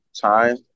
time